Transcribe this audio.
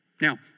Now